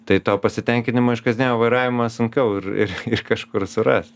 tai to pasitenkinimo iš kasdienio vairavimo sunkiau ir iš kažkur surast